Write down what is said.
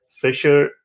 Fisher